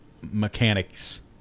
mechanics